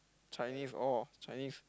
Chinese orh Chinese